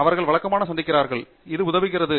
அவர்கள் வழக்கமாக சந்திக்கிறார்கள் இது உதவுகிறது